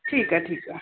ठीकु आहे ठीकु आहे